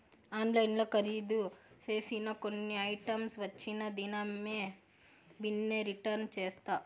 ఆన్లైన్ల కరీదు సేసిన కొన్ని ఐటమ్స్ వచ్చిన దినామే బిన్నే రిటర్న్ చేస్తా